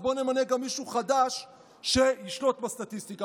אז בואו נמנה גם מישהו חדש שישלוט בסטטיסטיקה.